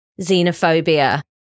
xenophobia